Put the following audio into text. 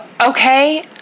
Okay